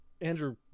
Andrew